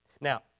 Now